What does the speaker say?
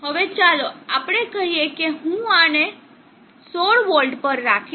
હવે ચાલો આપણે કહીએ કે હું આને 16 વોલ્ટ પર રાખીશ